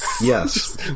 Yes